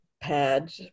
pad